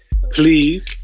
please